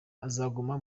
azaguma